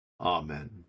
Amen